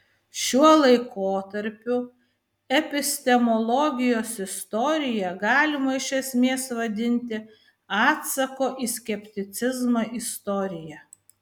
šiuo laikotarpiu epistemologijos istoriją galima iš esmės vadinti atsako į skepticizmą istorija